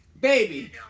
baby